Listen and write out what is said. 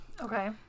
Okay